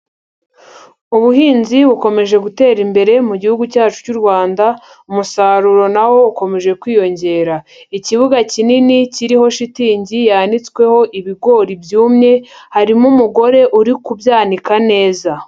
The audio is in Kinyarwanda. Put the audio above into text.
Ubuhinzi bukomeje gutera imbere mu gihugu cyacu cy'u Rwanda, umusaruro na wo ukomeje kwiyongera. Ikibuga kinini kiriho shitingi yanitsweho ibigori byumye, harimo umugore uri kubyaka neza.